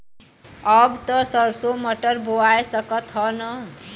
अब त सरसो मटर बोआय सकत ह न?